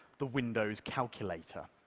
the windows calculator.